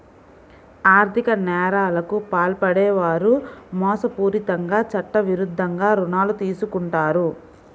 ఆర్ధిక నేరాలకు పాల్పడే వారు మోసపూరితంగా చట్టవిరుద్ధంగా రుణాలు తీసుకుంటారు